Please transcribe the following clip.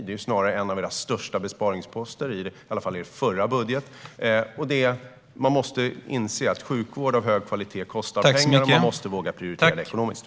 Det är snarare en av era största besparingsposter, i alla fall i er förra budget. Man måste inse att sjukvård av hög kvalitet kostar pengar, och man måste våga prioritera den ekonomiskt.